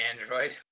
Android